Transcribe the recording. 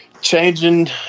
Changing